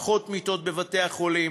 פחות מיטות בבתי-החולים,